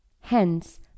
Hence